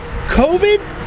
covid